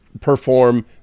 perform